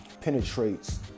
penetrates